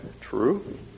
true